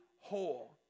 whole